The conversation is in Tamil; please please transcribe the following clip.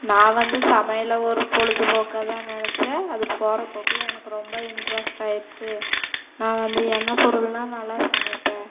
நான் வந்து சமையலை ஒரு பொழுது போக்காக தான் நினச்சேன் அது போகிற போக்கில் எனக்கு ரொம்ப இன்ட்ரெஸ்ட் ஆயிருச்சு நான் வந்து என்ன பொருள்னா நல்லா சமைப்பேன்